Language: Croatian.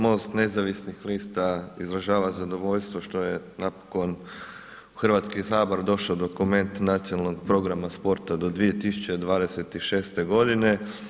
MOST nezavisnih lista izražava zadovoljstvo što je napokon u Hrvatski sabor došao dokument Nacionalnog programa sporta do 2026. godine.